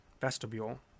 vestibule